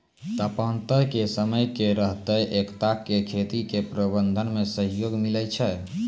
तापान्तर के समय की रहतै एकरा से खेती के प्रबंधन मे सहयोग मिलैय छैय?